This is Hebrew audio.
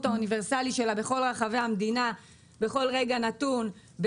האוניברסלי שלה בכל רחבי המדינה בכל רגע נתון זה